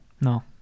No